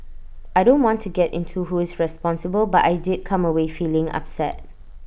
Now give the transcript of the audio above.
I don't want to get into who is responsible but I did come away feeling upset